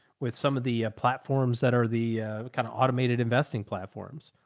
with some of the platforms that are the kind of automated investing platforms.